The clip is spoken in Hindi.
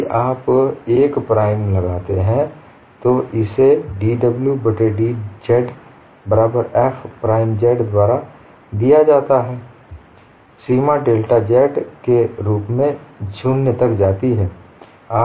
यदि आप 1 प्राइम लगाते हैं तो इसे dw बट्टे dz बराबर f प्राइम z द्वारा दिया जाता है सीमा डेल्टा z के रूप में 0 तक जाती है